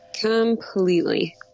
Completely